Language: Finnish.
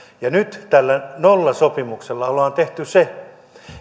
ja nyt tällä nollasopimuksella on tehty se